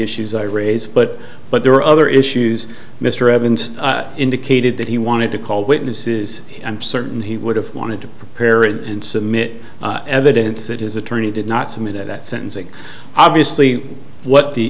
issues i raise but but there are other issues mr evans indicated that he wanted to call witnesses i'm certain he would have wanted to prepare and submit evidence that his attorney did not submit that sentencing obviously what the